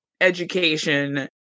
education